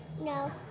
No